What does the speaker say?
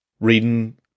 reading